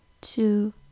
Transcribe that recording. two